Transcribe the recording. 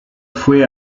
fue